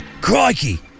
Crikey